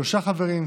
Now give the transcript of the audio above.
שלושה חברים,